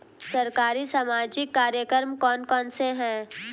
सरकारी सामाजिक कार्यक्रम कौन कौन से हैं?